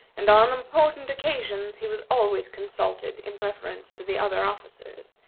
and on important occasions he was always consulted in preference to the other officers,